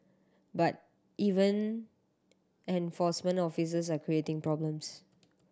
but even enforcement officers are creating problems